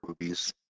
movies